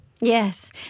Yes